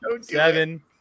seven